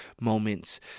moments